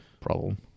problem